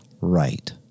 right